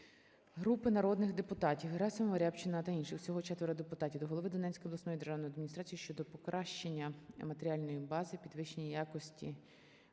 Групи народних депутатів (Герасимова, Рябчина та інших; всього 4 депутатів) до голови Донецької обласної державної адміністрації щодо покращення матеріальної бази, підвищення якості